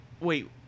Wait